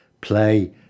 play